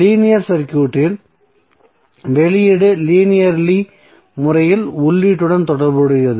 linear சர்க்யூட்டில் வெளியீடு linearly முறையில் உள்ளீட்டுடன் தொடர்புடையது